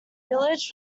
village